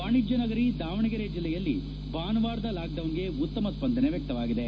ವಾಣಿಜ್ಯ ನಗರಿ ದಾವಣಗೆರೆ ಜಿಲ್ಲೆಯಲ್ಲಿ ಭಾನುವಾರದ ಲಾಕ್ ಡೌನ್ಗೆ ಉತ್ತಮ ಸ್ಪಂದನೆ ವ್ವಕ್ತವಾಗಿದೆ